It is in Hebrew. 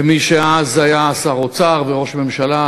למי שאז היה שר האוצר וראש הממשלה,